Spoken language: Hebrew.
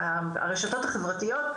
והרשתות החברתיות,